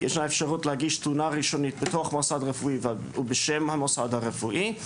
ישנה אפשרות להגיש תלונה ראשונית בתוך מוסד רפואי ובשם המוסד הרפואי,